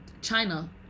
china